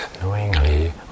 knowingly